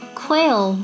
quail